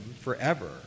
forever